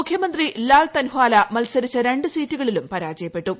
മുഖ്യമന്ത്രി ലാല് തൻഹ്വാല മത്സരിച്ച രണ്ടു സീറ്റുകളില്ലും പരാജയപ്പെട്ടു